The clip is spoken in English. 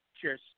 Cheers